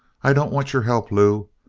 i don't want your help, lew.